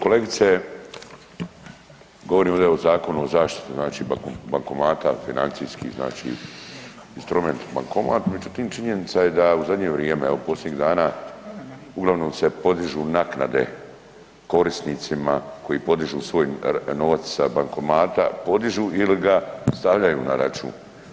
Kolegice govorimo ovdje o zakonu o zaštiti znači bankomata financijski znači instrument bankomat, međutim činjenica je da u zadnje vrijeme evo posljednjih dana uglavnom se podižu naknade korisnicima koji podižu svoj novac sa bankomata, podižu ili ga stavljaju na račun.